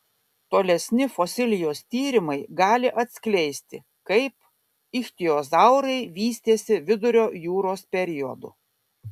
tolesni fosilijos tyrimai gali atskleisti kaip ichtiozaurai vystėsi vidurio jūros periodu